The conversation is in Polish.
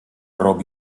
robi